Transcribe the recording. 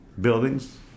buildings